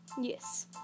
Yes